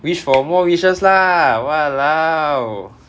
wish for more wishes lah !walao!